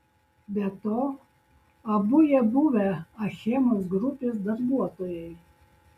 be to abu jie buvę achemos grupės darbuotojai